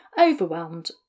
overwhelmed